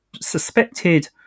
suspected